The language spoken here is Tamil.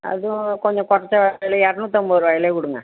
அதுவும் கொஞ்சம் கொறைச்ச விலலே இரநூத்து ஐம்பரூவாலயே கொடுங்க